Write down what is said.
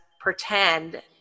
pretend